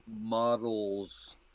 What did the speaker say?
models